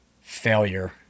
failure